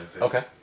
Okay